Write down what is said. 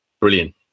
brilliant